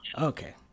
okay